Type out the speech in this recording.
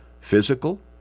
Physical